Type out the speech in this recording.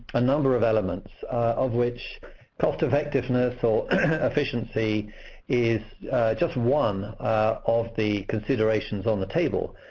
a number of elements, of which cost-effectiveness or efficiency is just one of the considerations on the table.